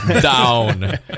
down